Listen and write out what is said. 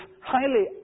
highly